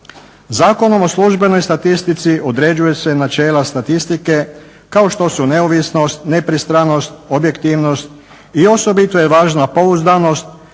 Zakonom o službenoj statistici određuju se načela statistike kao što su neovisnost, nepristranost, objektivnost. I osobito je važna pouzdanost